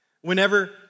whenever